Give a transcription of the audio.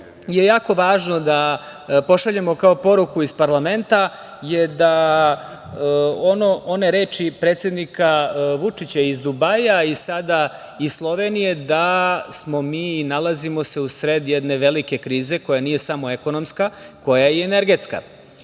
je jako važno da pošaljemo kao poruku iz parlamenta je da one reči predsednika Vučića iz Dubaija i sada iz Slovenije, da se mi nalazimo usred jedne velike krize koja nije samo ekonomska, koja je i energetska